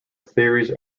theories